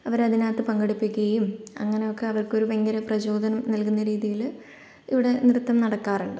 അവര് അതിനകത്ത് പങ്കെടുപ്പിക്കുകയും അങ്ങനെയൊക്കെ അവർക്കൊരു ഭയങ്കര പ്രചോദനം നൽകുന്ന രീതിയില് ഇവിടെ നൃത്തം നടക്കാറുണ്ട്